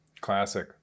classic